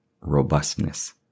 robustness